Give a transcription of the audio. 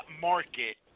market